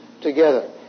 together